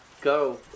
go